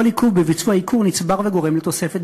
כל עיכוב בביצוע הייקור נצבר וגורם לתוספת